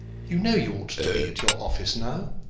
you know you ought to be at your office now.